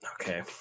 Okay